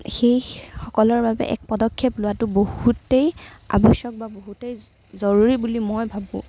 সেইসকলৰ বাবে এক পদক্ষেপ লোৱাটো বহুতেই আৱশ্যক বা বহুতেই জৰুৰী বুলি মই ভাবোঁ